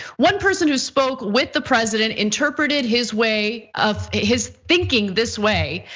one person who spoke with the president interpreted his way of his thinking this way.